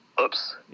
oops